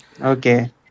Okay